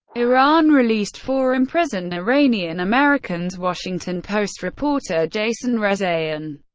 iran released four imprisoned iranian americans washington post reporter jason rezaian,